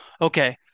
Okay